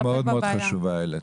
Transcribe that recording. נקודה מאוד מאוד חשובה העלית.